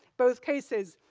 both cases,